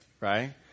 right